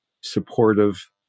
supportive